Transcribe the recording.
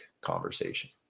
conversation